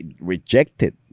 Rejected